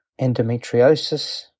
endometriosis